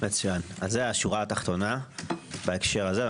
זה השורה התחתונה בהקשר הזה.